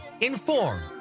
inform